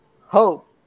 hope